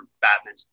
Batman